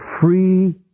free